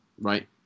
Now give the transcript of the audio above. right